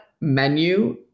menu